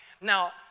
Now